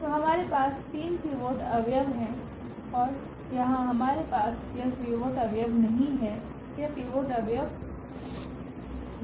तो हमारे पास तीन पिवोट अवयव हैं और यहाँ हमारे पास यह पिवोट अवयव नहीं है यह पिवोट अवयव नहीं है